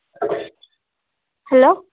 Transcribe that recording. hello